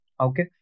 okay